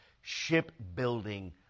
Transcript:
shipbuilding